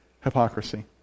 hypocrisy